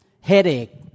headache